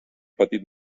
petit